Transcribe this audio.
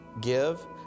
Give